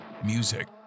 Music